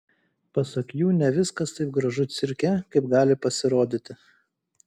pasak jų ne viskas taip gražu cirke kaip gali pasirodyti